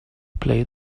play